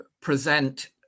present